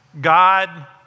God